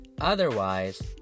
Otherwise